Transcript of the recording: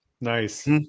Nice